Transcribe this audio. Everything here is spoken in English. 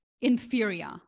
inferior